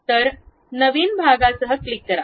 तर नवीन भागासह क्लिक करा